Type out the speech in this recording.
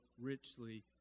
richly